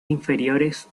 inferiores